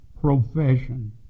profession